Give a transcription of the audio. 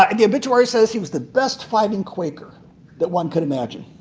um the obituary says he was the best fighting quaker that one could imagine.